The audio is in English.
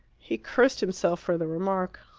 he cursed himself for the remark.